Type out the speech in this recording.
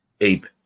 ape